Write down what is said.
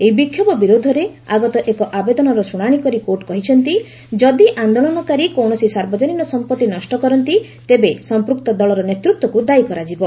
ଏହି ବିକ୍ଷୋଭ ବିରୋଧରେ ଆଗତ ଏକ ଆବେଦନର ଶୁଣାଣି କରି କୋର୍ଟ କହିଛନ୍ତି ଯଦି ଆନ୍ଦୋଳନକାରୀ କୌଣସି ସାର୍ବଜନୀନ ସମ୍ପତ୍ତି ନଷ୍ଟ କରନ୍ତି ତେବେ ସମ୍ପୁକ୍ତ ଦଳର ନେତ୍ତ୍ୱକୁ ଦାୟୀ କରାଯିବ